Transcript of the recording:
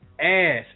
ass